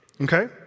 okay